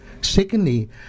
Secondly